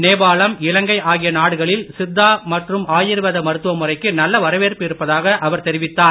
நேபாளம் இலங்கை ஆகிய நாடுகளில் சித்த மற்றும் ஆயுர்வேத மருத்துவ முறைக்கு நல்ல வரவேற்பு இருப்பதாக தெரிவித்தார்